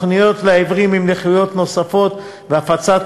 תוכניות לעיוורים עם נכויות נוספות והפצת